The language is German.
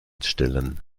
stellen